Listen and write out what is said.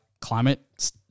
climate